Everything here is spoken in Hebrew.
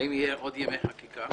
האם יהיו עוד ימי חקיקה?